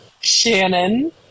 Shannon